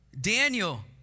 Daniel